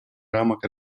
рамок